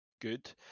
good